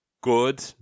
good